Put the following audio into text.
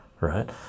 right